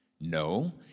No